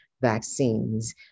vaccines